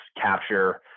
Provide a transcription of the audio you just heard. capture